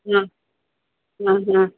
हां हां हां